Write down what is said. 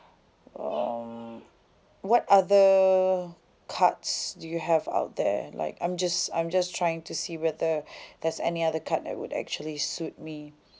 um what other cards do you have out there like I'm just I'm just trying to see whether there's any other card that would actually suit me